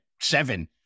seven